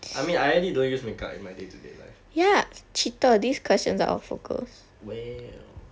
I mean I already don't use makeup in my day-to-day life so meh